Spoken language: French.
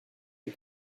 est